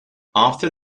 after